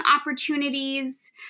opportunities